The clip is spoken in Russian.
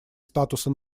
статуса